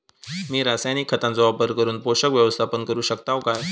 मी रासायनिक खतांचो वापर करून पोषक व्यवस्थापन करू शकताव काय?